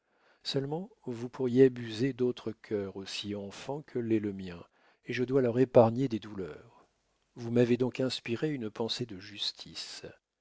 seulement vous pourriez abuser d'autres cœurs aussi enfants que l'est le mien et je dois leur épargner des douleurs vous m'avez donc inspiré une pensée de justice